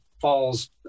falls